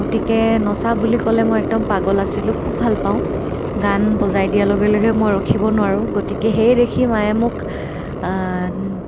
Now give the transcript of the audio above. গতিকে নচা বুলি ক'লে মই একদম পাগল আছিলোঁ খুব ভাল পাওঁ গান বজাই দিয়াৰ লগে লগে মই ৰখিব নোৱাৰোঁ গতিকে সেই দেখি মায়ে মোক